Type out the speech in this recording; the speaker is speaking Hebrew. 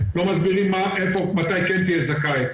לא מסבירים מתי כן תהיה זכאי.